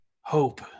hope